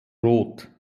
rot